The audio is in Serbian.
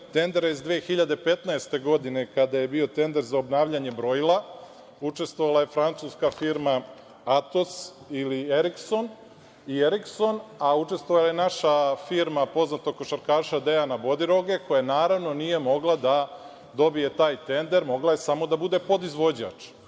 tendera iz 2015. godine, kada je bio tender za obnavljanje brojila. Učestvovala je francuska firma Atos i Erikson, a učestvovala je i naša firma poznatog košarkaša Dejana Bodiroge, koja naravno nije mogla da dobije taj tender, mogla je samo da bude podizvođač.